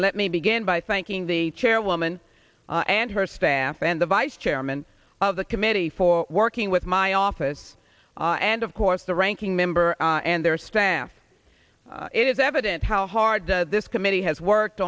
and let me begin by thanking the chairwoman and her staff and the vice chairman of the committee for working with my office and of course the ranking member and their staff it is evident how hard this committee has worked